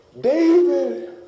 David